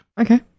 Okay